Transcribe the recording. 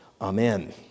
amen